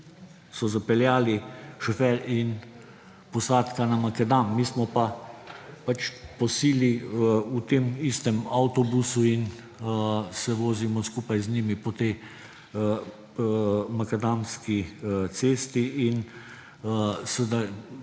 so zapeljali šofer in posadka na makadam, mi smo pač po sili v tem istem avtobusu in se vozimo skupaj po tej makadamski cesti in seveda